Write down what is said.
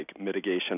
mitigation